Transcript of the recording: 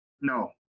No